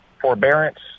forbearance